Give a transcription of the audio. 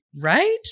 Right